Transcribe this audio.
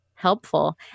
helpful